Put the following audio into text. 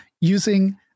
using